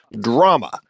drama